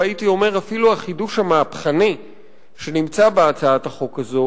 והייתי אומר אפילו החידוש המהפכני בהצעת החוק הזאת,